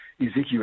Ezekiel